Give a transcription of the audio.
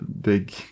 big